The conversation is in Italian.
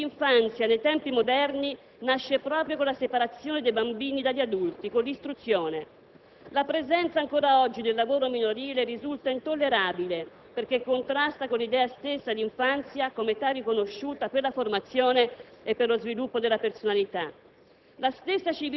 Il concetto di infanzia, nei tempi moderni, nasce proprio con la separazione dei bambini dagli adulti, con l'istruzione. La presenza, ancora oggi, del lavoro minorile risulta intollerabile, perché contrasta con l'idea stessa di infanzia come età riconosciuta per la formazione e per lo sviluppo della personalità.